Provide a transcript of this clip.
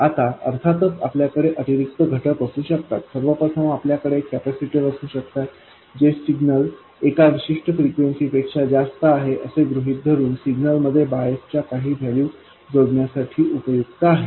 आता अर्थातच आपल्याकडे अतिरिक्त घटक असू शकतात सर्वप्रथम आपल्याकडे कॅपेसिटर असू शकतात जे सिग्नल एका विशिष्ट फ्रिक्वेन्सी पेक्षा जास्त आहे असे गृहित धरून सिग्नलमध्ये बायस च्या काही व्हॅल्यू जोडण्यासाठी उपयुक्त आहेत